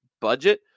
budget